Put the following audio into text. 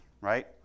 right